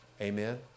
amen